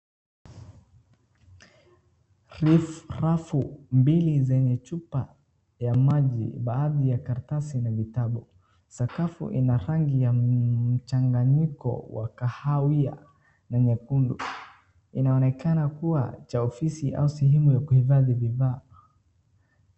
Ni rafu mbili zenye chupa ya maji baadhi ya karatasi na vitabu. Sakafu ina rangi ya mchanganyiko wa kahawia na mwekundu. Inaonekana kuwa cha ofisi au sehemu ya kuhifadhi bidhaa.